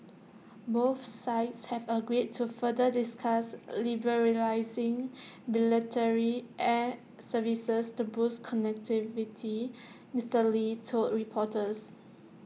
both sides have agreed to further discuss liberalising bilateral air services to boost connectivity Mister lee told reporters